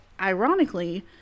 ironically